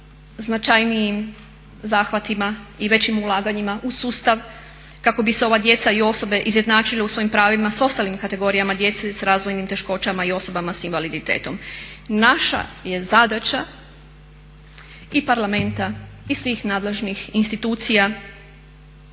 značajnijim zahvatima i većim ulaganjima u sustav kako bi se ova djeca i osobe izjednačile u svojim pravima s ostalim kategorijama djece s razvojnim teškoćama i osobama s invaliditetom. Naša je zadaća i parlamenta i svih nadležnih institucija